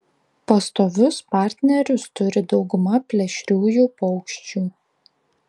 pastovius partnerius turi dauguma plėšriųjų paukščių